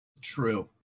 true